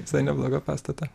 visai neblogą pastatą